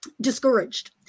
discouraged